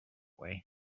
way